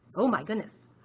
oh my goodness